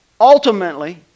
ultimately